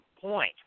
point